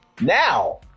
now